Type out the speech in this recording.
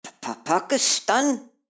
Pakistan